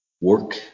work